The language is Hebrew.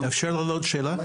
מה שנותן למשרד החינוך